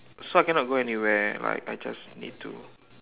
so I cannot go anywhere like I just need to